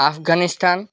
Afghanistan